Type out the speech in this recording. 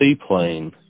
seaplane